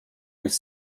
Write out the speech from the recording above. durch